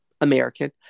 American